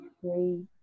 three